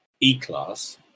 E-Class